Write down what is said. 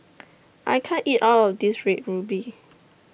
I can't eat All of This Red Ruby